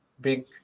big